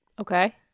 Okay